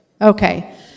Okay